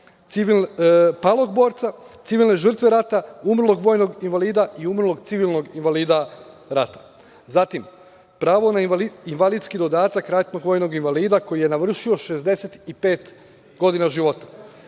u vojsci, palog borca, civilne žrtve rata, umrlog vojnog invalida i umrlog civilnog invalida rata. Zatim, pravo na invalidski dodatak ratnog vojnog invalida koji je navršio 65 godina života,